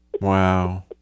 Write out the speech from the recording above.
Wow